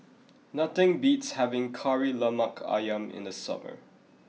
nothing beats having Kari Lemak Ayam in the summer